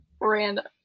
random